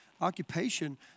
occupation